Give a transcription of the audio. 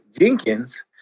Jenkins